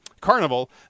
Carnival